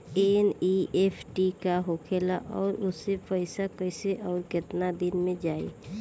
NEFT का होखेला और ओसे पैसा कैसे आउर केतना दिन मे जायी?